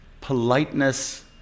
Politeness